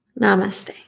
Namaste